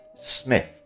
Smith